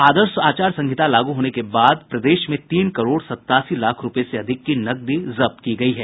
आदर्श चुनाव आचार संहिता लागू होने के बाद प्रदेश में तीन करोड़ सत्तासी लाख रूपये से अधिक की नकदी जब्त की गयी है